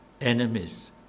enemies